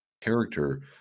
character